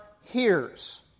hears